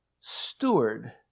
Steward